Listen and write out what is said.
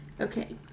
Okay